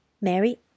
Mary